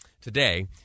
today